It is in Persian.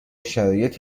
شرایط